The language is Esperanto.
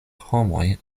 homoj